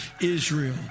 Israel